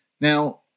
Now